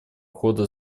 хода